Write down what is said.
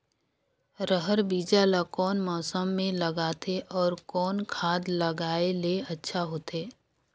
रहर बीजा ला कौन मौसम मे लगाथे अउ कौन खाद लगायेले अच्छा होथे?